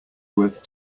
worth